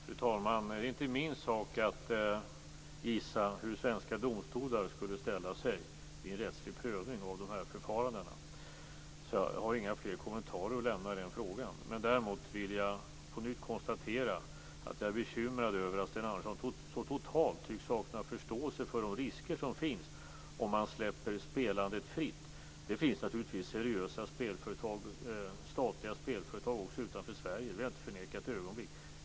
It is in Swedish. Fru talman! Det är inte min sak att gissa hur svenska domstolar skulle ställa sig vid en rättslig prövning av dessa förfaranden. Jag har inga flera kommentarer att lämna i den frågan. Däremot konstaterar jag på nytt att jag är bekymrad över att Sten Andersson så totalt tycks sakna förståelse för de risker som finns om man släpper spelandet fritt. Det finns naturligtvis seriösa spelföretag och statliga spelföretag utanför Sverige, det har jag inte förnekat ett ögonblick.